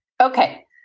Okay